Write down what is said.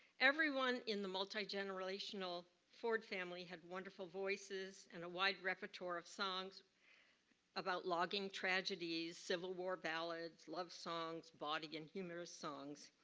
everyone in the multi-generational ford family had wonderful voices and a wide repertoire of songs about logging tragedies, civil war ballads, love songs, body and humorous songs.